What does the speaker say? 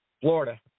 Florida